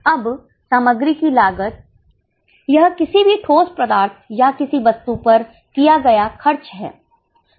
अब सामग्री की लागत यह किसी भी ठोस पदार्थ या किसी वस्तु पर किया गया खर्च है